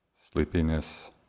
sleepiness